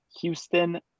Houston